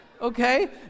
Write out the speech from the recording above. Okay